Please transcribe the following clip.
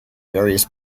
various